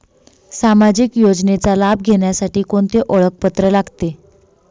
सामाजिक योजनेचा लाभ घेण्यासाठी कोणते ओळखपत्र लागते?